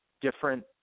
different